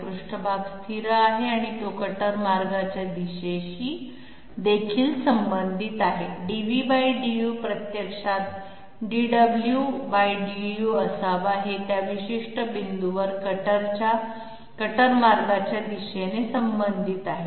पृष्ठभाग स्थिर आहे आणि तो कटर मार्गाच्या दिशेशी देखील संबंधित आहे dv du प्रत्यक्षात dwdu असावा हे त्या विशिष्ट बिंदूवर कटरच्या कटर मार्गाच्या दिशेने संबंधित आहे